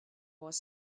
was